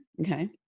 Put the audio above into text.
okay